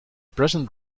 present